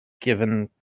given